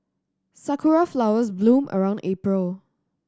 sakura flowers bloom around April